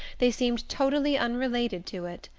they seemed totally unrelated to it.